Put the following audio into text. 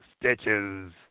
Stitches